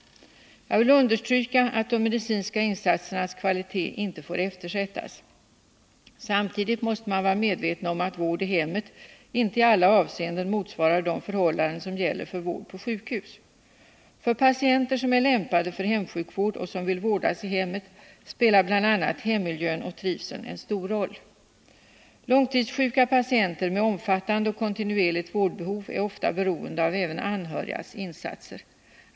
Jag vill understryka att de medicinska insatsernas kvalitet inte får eftersättas. Samtidigt måste man vara medveten om att vård i hemmet inte i alla avseenden motsvarar de förhållanden som gäller för vård på sjukhus. För patienter som är lämpade för hemsjukvård och som vill vårdas i hemmet spelar bl.a. hemmiljön och trivseln en stor roll. Långtidssjuka patienter med omfattande och kontinuerligt vårdbehov är ofta beroende av även anhörigas insatser.